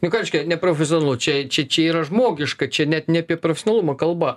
nu ką reiškia neprofesionalu čia čia čia yra žmogiška čia net ne apie profesionalumą kalba